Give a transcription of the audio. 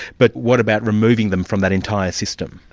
but what about removing them from that entire system?